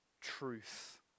truth